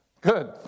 Good